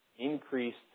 increased